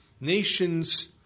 Nations